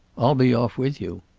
i'll be off with you.